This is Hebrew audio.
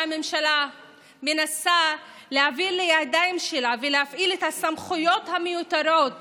שהממשלה מנסה להעביר לידיים שלה ולהפעיל את הסמכויות המיותרות